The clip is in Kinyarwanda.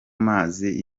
mazi